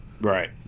Right